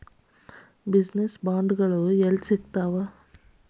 Business ಬಾಂಡ್ಗಳು ಯೆಲ್ಲಿ ಸಿಗ್ತಾವ?